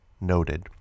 noted